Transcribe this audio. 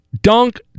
Dunk